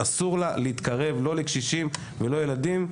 אסור לה להתקרב לא לקשישים ולא לילדים.